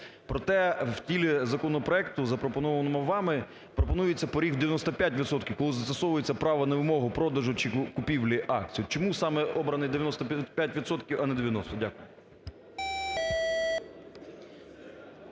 проте в тілі законопроекту, запропонованому вами, пропонується поріг в 95 відсотків, коли застосовується право на вимогу продажу чи купівлі акцій. Чому саме обраний 95 відсотків, а не 90? Дякую.